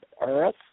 earth